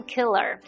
Killer